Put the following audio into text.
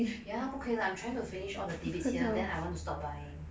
ya 不可以 lah I'm trying to finish all the tidbits here then I want to stop buying